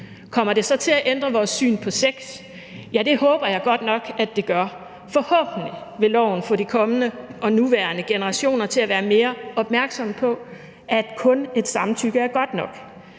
Kommer det så til at ændre vores syn på sex? Ja, det håber jeg godt nok at det gør. Forhåbentlig vil loven få de kommende og nuværende generationer til at være mere opmærksom på, at kun samtykke er godt nok.